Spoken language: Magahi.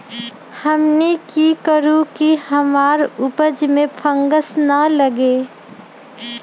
हमनी की करू की हमार उपज में फंगस ना लगे?